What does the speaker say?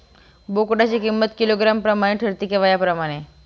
बोकडाची किंमत किलोग्रॅम प्रमाणे ठरते कि वयाप्रमाणे?